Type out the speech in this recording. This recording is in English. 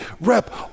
Rep